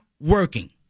working